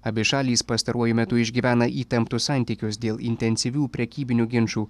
abi šalys pastaruoju metu išgyvena įtemptus santykius dėl intensyvių prekybinių ginčų